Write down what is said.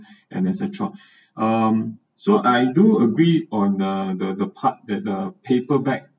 and as a child um so I do agree on the the the part that the paper bag